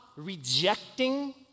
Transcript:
Rejecting